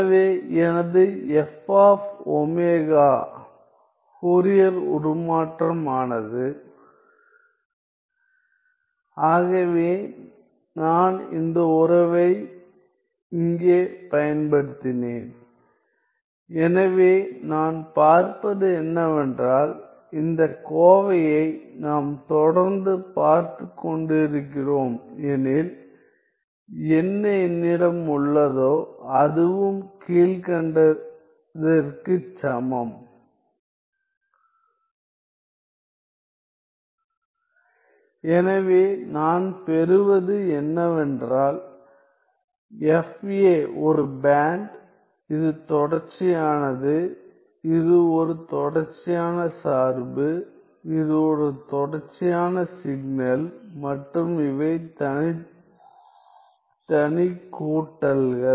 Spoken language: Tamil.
எனவே எனது F ω ஃபோரியர் உருமாற்றம் ஆனது ஆகவே நான் இந்த உறவை இங்கே பயன்படுத்தினேன் எனவே நான் பார்ப்பது என்னவென்றால் இந்த கோவையை நாம் தொடர்ந்து பார்த்துக் கொண்டிருக்கிறோம் எனில் என்ன என்னிடம் உள்ளதோ அதுவும் கீழ்க்கண்டதிற்குச் சமம் எனவே நான் பெறுவது என்னவென்றால் fa ஒரு பேண்ட் இது தொடர்ச்சியானது இது ஒரு தொடர்ச்சியான சார்பு இது ஒரு தொடர்ச்சியான சிக்னல் மற்றும் இவை தனித்தனிக் கூட்டல்கள்